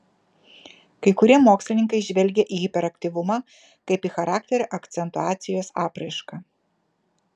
kai kurie mokslininkai žvelgia į hiperaktyvumą kaip į charakterio akcentuacijos apraišką